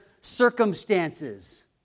circumstances